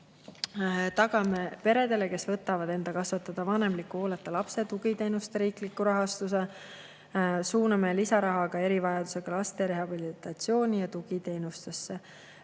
Tagame peredele, kes võtavad enda kasvatada vanemliku hooleta lapse, tugiteenuste riikliku rahastuse. Suuname lisaraha ka erivajadusega laste rehabilitatsiooni ja tugiteenustesse.